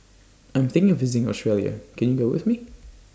I'm thinking of visiting Australia Can YOU Go with Me